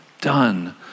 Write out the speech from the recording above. done